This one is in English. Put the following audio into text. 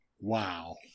Wow